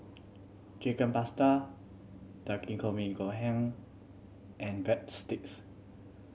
Chicken Pasta Takikomi Gohan and Breadsticks